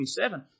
27